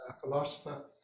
philosopher